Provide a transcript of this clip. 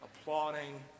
applauding